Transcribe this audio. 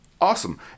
Awesome